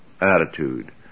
attitude